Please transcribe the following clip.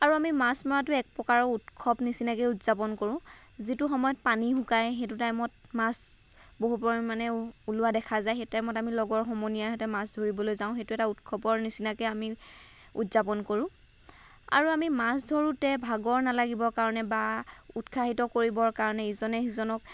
আৰু আমি মাছ মৰাটো এক প্ৰকাৰৰ উৎসৱৰ নিচিনাকেও উৎযাপন কৰোঁ যিটো সময়ত পানী শুকাই সেইটো টাইমত মাছ বহু পৰিমাণে ওলোৱা দেখা যায় সেইটো টাইমত লগৰ সমনীয়াৰ সৈতে মাছ ধৰিবলৈ যাওঁ সেইটো এটা উৎসৱৰ নিচিনাকৈ আমি উৎযাপন কৰোঁ আৰু আমি মাছ ধৰোঁতে ভাগৰ নালাগিবৰ কাৰণে বা উৎসাহীত কৰিবৰ কাৰণে ইজনে সিজনক